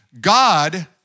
God